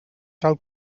cal